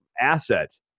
asset